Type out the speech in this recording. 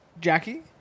Jackie